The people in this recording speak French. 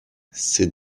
ces